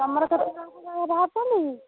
ତମର କେତେଜଣ ଖଣ୍ଡେ ବାହାରିଛନ୍ତି କି